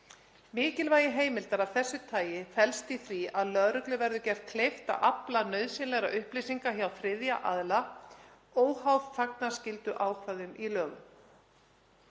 Mikilvægi heimildar af þessu tagi felst í því að lögreglu verður gert kleift að afla nauðsynlegra upplýsinga hjá þriðja aðila óháð þagnarskylduákvæðum í lögum.